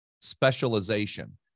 specialization